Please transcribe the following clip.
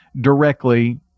directly